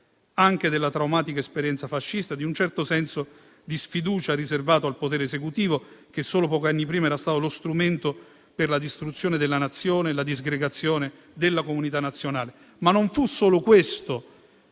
anche della traumatica esperienza fascista e di un certo senso di sfiducia riservato al potere esecutivo, che solo pochi anni prima era stato lo strumento per la distruzione della nazione e la disgregazione della comunità nazionale. Ma non fu solo questo